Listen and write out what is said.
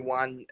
one